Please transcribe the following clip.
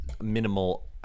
minimal